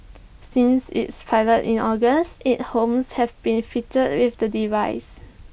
since its pilot in August eight homes have been fitted with the device